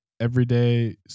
everyday